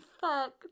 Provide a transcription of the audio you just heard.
fuck